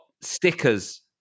Stickers